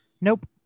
Nope